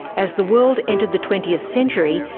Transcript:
as the world entered the twentieth century,